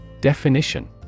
Definition